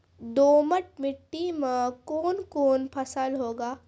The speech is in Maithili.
दोमट मिट्टी मे कौन कौन फसल होगा?